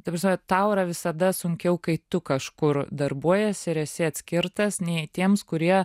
ta prasme tau yra visada sunkiau kai tu kažkur darbuojiesi ir esi atskirtas nei tiems kurie